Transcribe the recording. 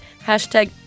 Hashtag